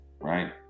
right